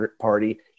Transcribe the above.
party